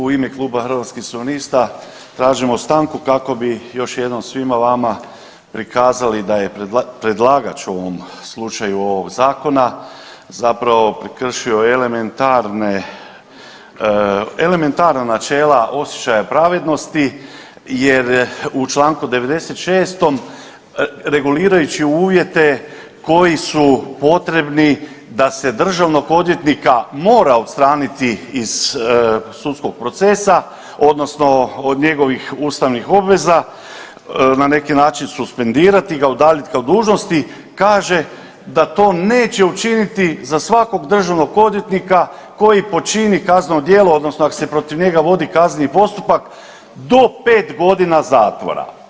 U ime Kluba Hrvatskih suverenista tražimo stanku kako bi još jednom svima vama prikazali da je predlagač u ovom slučaju ovog Zakona zapravo prekršio elementarna načela osjećaja pravednosti jer u čl. 96. regulirajući uvjete koji su potrebni da se državnog odvjetnika mora odstraniti iz sudskog procesa, odnosno od njegovih ustavnih obveza na neki način suspendirati ga, udaljiti od dužnosti, kaže da to neće učiniti za svakog državnog odvjetnika koji počini kazneno djelo odnosno ako se protiv njega vodi kazneni postupak do 5 godina zatvora.